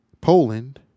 Poland